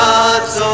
God's